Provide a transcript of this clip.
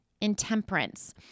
Intemperance